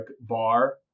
bar